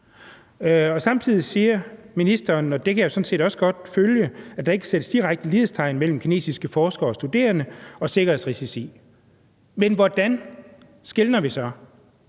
sig. Samtidig siger ministeren, og det kan jeg sådan set også godt følge, at der ikke kan sættes direkte lighedstegn mellem kinesiske forskere og studerende og sikkerhedsrisici. Men hvordan skelner vi så?